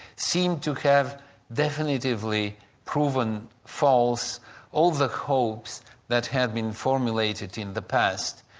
seemed to have definitively proven false over hopes that have been formulated in the past,